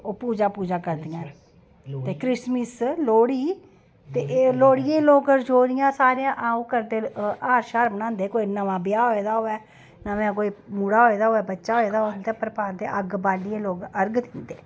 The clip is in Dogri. ओह् पूजा पूजा करदियां न ते क्रिसमस लोह्ड़ी ते एह् लोह्ड़िये ई लोक रियोडियां साढ़े ओह् करदे हार शार मनांदे कोई नमां ब्याह् होए दा होऐ मुड़ा होए दा होऐ कोई बच्चा होए दा होऐ उं'दे उप्पर पांदे ते अग्ग बालियै लोक अरग दिंदे